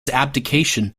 abdication